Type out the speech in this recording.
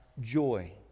Joy